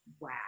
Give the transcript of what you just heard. Wow